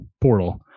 Portal